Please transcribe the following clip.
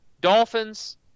Dolphins